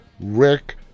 Rick